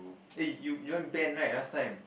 eh you you learn band right last time